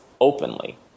openly